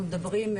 אנחנו מדברים,